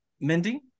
mindy